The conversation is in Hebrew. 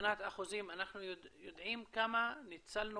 מבחינת אחוזים אנחנו יודעים כמה ניצלנו